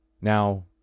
Now